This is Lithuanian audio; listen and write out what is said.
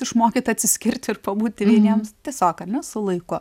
išmokyt atsiskirti ir pabūti vieniems tiesiog ar ne su laiku